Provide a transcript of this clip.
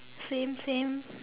same same